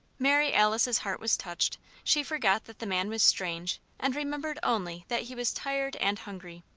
mary alice's heart was touched she forgot that the man was strange, and remembered only that he was tired and hungry.